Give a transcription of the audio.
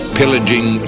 pillaging